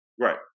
Right